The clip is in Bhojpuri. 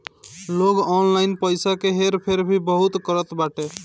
लोग ऑनलाइन पईसा के हेर फेर भी बहुत करत बाटे